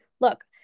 look